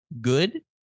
good